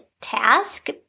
task